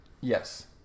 Yes